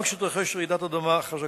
גם כשתתרחש רעידת אדמה חזקה.